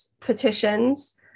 petitions